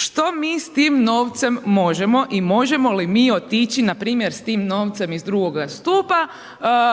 Što mi s tim novcem možemo i možemo li mi otići npr. s tim novcem iz drugoga stupa